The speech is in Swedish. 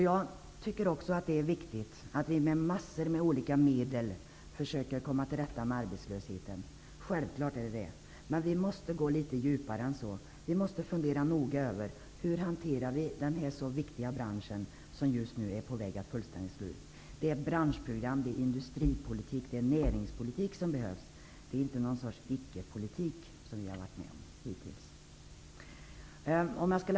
Jag tycker också att det är viktigt att vi med olika medel försöker komma till rätta med arbetslösheten -- självfallet är det det. Men vi måste gå litet djupare än så. Vi måste fundera noga över hur vi skall hantera denna så viktiga bransch, som just nu är på väg att fullständigt slås ut. Det är branschprogram, industripolitik och näringspolitik som behövs -- det är inte något slags icke-politik, som den vi har varit med om hittills.